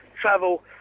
travel